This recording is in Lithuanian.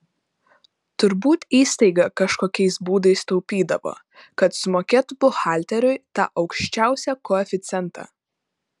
turbūt įstaiga kažkokiais būdais taupydavo kad sumokėtų buhalteriui tą aukščiausią koeficientą